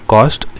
Cost